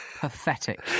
Pathetic